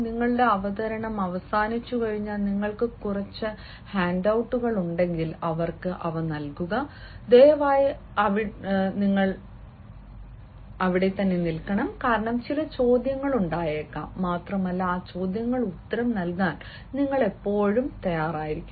നിങ്ങളുടെ അവതരണം അവസാനിച്ചുകഴിഞ്ഞാൽ നിങ്ങൾക്ക് കുറച്ച് ഹാൻഡ് ഔട്ടുകൾ ഉണ്ടെങ്കിൽ അവർക്ക് അവ നൽകുക ദയവായി അവിടെ നിൽക്കൂ കാരണം ചില ചോദ്യങ്ങളുണ്ടാകാം മാത്രമല്ല ആ ചോദ്യങ്ങൾക്ക് ഉത്തരം നൽകാൻ നിങ്ങൾ എപ്പോഴും തയ്യാറായിരിക്കണം